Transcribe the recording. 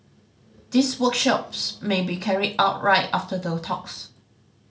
these workshops may be carried out right after the talks